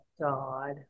God